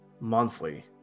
monthly